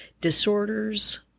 disorders